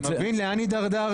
תבין לאן הידרדרנו.